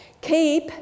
keep